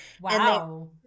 wow